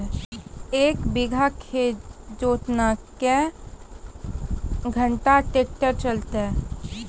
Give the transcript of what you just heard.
एक बीघा खेत जोतना क्या घंटा ट्रैक्टर चलते?